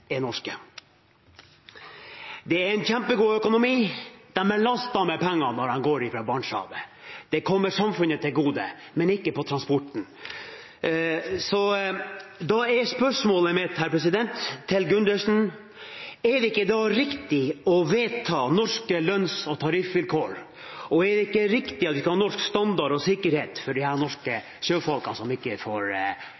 norske. Det er kjempegod økonomi i dette – de er lastet med penger når de går fra Barentshavet. Det kommer samfunnet til gode, men ikke når det gjelder transporten. Da er spørsmålet mitt til representanten Gundersen: Er det ikke da riktig å vedta norske lønns- og tariffvilkår, og er det ikke riktig at vi skal ha norske standarder – også for sikkerheten – for de